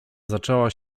zaczęła